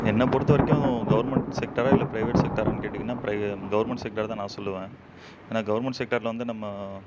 என்னைப் பொறுத்தவரைக்கும் கவர்மெண்ட் செக்டாராக இல்லை ப்ரைவேட் செக்டாரான்னு கேட்டீங்கன்னால் ப்ரை கவர்மெண்ட் செக்டாரை தான் நான் சொல்லுவேன் ஏன்னால் கவர்மெண்ட் செக்டாரில் வந்து நம்ம